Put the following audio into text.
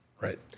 Right